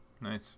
Nice